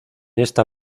esta